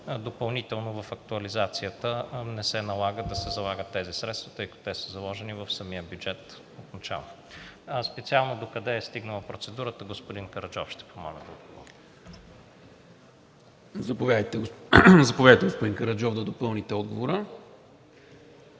Допълнително в актуализацията не се налага да се залагат тези средства, тъй като те са заложени в самия бюджет отначало. Специално докъде е стигнала процедурата, господин Караджов ще помоля да отговори. ПРЕДСЕДАТЕЛ НИКОЛА МИНЧЕВ: Заповядайте, господин Караджов, да допълните отговора.